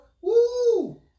Woo